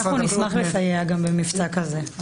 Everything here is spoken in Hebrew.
נשמח לסייע במבצע כזה.